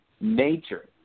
nature